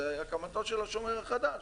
זה היה הקמתו של השומר החדש.